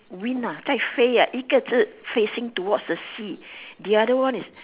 wing ah 在飞啊一个是 facing towards the sea the other one is